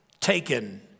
taken